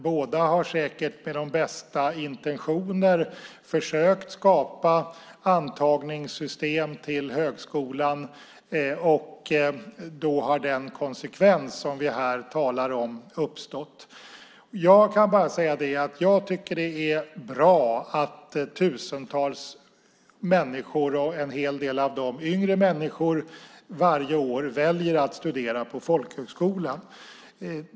Båda har säkert med de bästa intentioner försökt skapa system för antagning till högskolan, och då har den konsekvens som vi här talar om uppstått. Jag tycker att det är bra att tusentals människor, en hel del av dem yngre, varje år väljer att studera på folkhögskola.